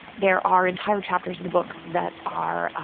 there are entire chapters of the book that are,